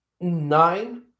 Nine